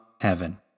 heaven